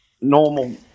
normal